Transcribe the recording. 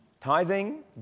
Tithing